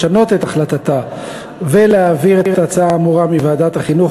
לשנות את החלטתה ולהעביר את ההצעה האמורה מוועדת החינוך,